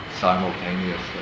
simultaneously